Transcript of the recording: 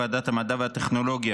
וועדת המדע והטכנולוגיה.